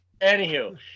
Anywho